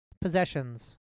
possessions